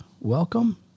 welcome